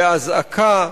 באזעקה,